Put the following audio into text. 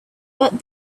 but